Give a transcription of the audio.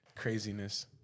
Craziness